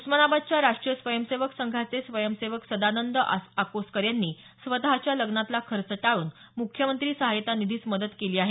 उस्मानाबादच्या राष्ट्रीय स्वयंसेवक संघाचे स्वयंसेवक सदानंद अकोस्कर यांनी स्वतःच्या लय़ातला खर्च टाळून मुख्यमंत्री सहाय्यता निधीस मदत केली आहे